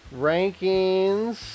Rankings